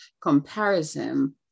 comparison